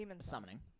summoning